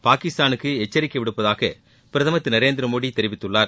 பாகிஸ்தானுக்கு எச்சரிக்கை விடுப்பதாக பிரதமர் திரு நரேந்திரமோடி தெரிவித்துள்ளார்